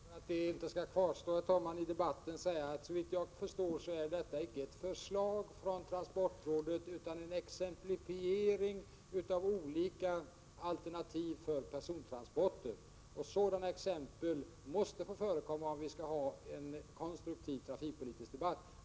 Herr talman! För att det inte skall uppstå några missförstånd i debatten vill jag säga att det, såvitt jag förstår, icke är fråga om ett förslag från transportrådet utan om en exemplifiering av olika alternativ för persontransporter. Sådana exempel måste få förekomma om vi skall ha en konstruktiv trafikpolitisk debatt.